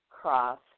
cross